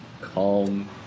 calm